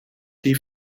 die